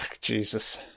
jesus